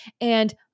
And-